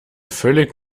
völlig